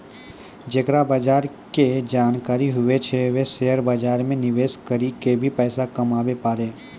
जेकरा बजार के जानकारी हुवै छै वें शेयर बाजार मे निवेश करी क भी पैसा कमाबै पारै